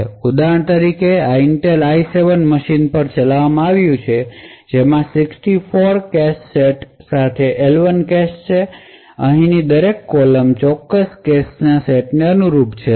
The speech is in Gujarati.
તેથી ઉદાહરણ તરીકે આ Intel i7 મશીન પર ચલાવવામાં આવ્યું છે જેમાં 64 કેશ સેટ્સ સાથે L1 કેશ છે અહીંની દરેક કોલમ ચોક્કસ કેશ સેટને અનુરૂપ છે